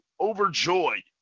overjoyed